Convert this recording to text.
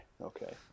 Okay